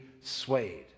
swayed